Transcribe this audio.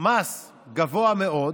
מס גבוה מאוד